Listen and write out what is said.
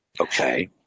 Okay